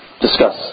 Discuss